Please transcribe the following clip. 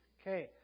Okay